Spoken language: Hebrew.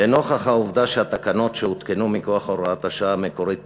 לנוכח העובדה שהתקנות שהותקנו מכוח הוראת השעה המקורית פקעו,